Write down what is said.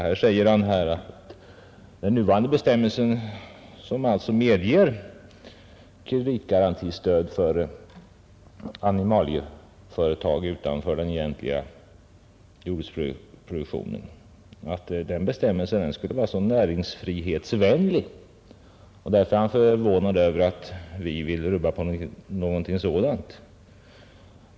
Han säger att den nuvarande bestämmelsen, som alltså medger kreditgarantistöd för animalieföretag utanför den egentliga jordbruksproduktionen, skulle vara så näringsfrihetsvänlig. Därför är han förvånad över att vi ville rubba på någonting sådant.